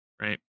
right